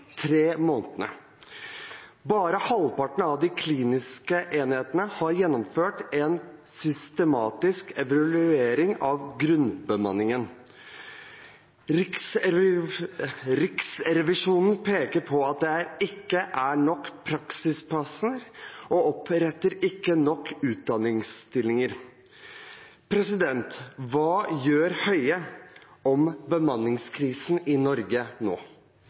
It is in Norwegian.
tre månedene. Bare halvparten av de kliniske enhetene har gjennomført en systematisk evaluering av grunnbemanningen. Riksrevisjonen peker på at det ikke er nok praksisplasser, og at det ikke opprettes nok utdanningsstillinger. Hva gjør Høie med bemanningskrisen i Norge nå?